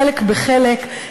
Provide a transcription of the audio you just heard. חלק בחלק,